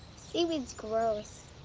seaweed's gross.